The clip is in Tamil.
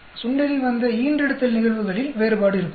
சுண்டெலி வந்த ஈன்றெடுத்தல் நிகழ்வுகளில் வேறுபாடு இருக்குமா